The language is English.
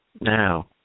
Now